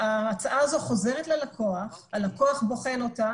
ההצעה הזו חוזרת ללקוח, הלקוח בוחן אותה